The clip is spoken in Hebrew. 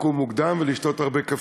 לקום מוקדם ולשתות הרבה קפה.